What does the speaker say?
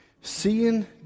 Seeing